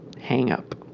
hang-up